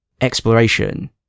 exploration